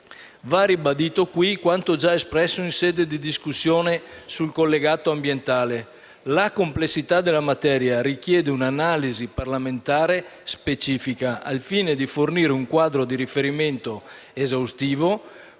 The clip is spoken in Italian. Va ribadito qui quanto già espresso in sede di discussione sul collegato ambientale: la complessità della materia richiede un'analisi parlamentare specifica, al fine di fornire un quadro di riferimento esaustivo,